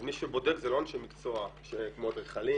אז מי שבודק זה לא אנשי מקצוע כמו אדריכלים,